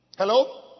Hello